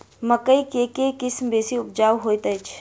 मकई केँ के किसिम बेसी उपजाउ हएत अछि?